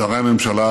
שרי הממשלה